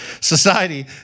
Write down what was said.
society